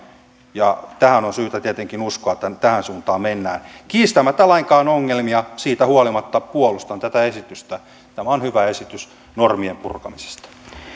ja on syytä tietenkin uskoa että tähän suuntaan mennään kiistämättä lainkaan ongelmia niistä huolimatta puolustan tätä esitystä tämä on hyvä esitys normien purkamisesta